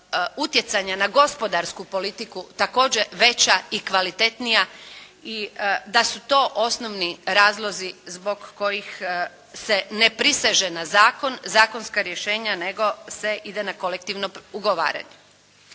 utjecanja na gospodarsku politiku također veća i kvalitetnija i da su to osnovni razlozi zbog kojih se ne priseže na zakon, zakonska rješenja nego se ide na kolektivno ugovaranje.